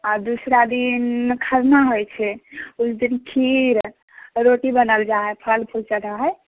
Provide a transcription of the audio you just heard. आ दूसरा दिन खरना होइत छै उस दिन खीर रोटी बनाओल जाइत हइ फल फूल चढ़इ हइ